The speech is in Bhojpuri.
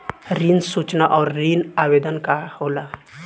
ऋण सूचना और ऋण आवेदन का होला?